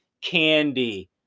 candy